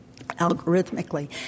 algorithmically